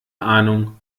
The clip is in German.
ahnung